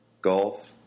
Golf